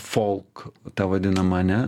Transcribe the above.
folk ta vadinama ane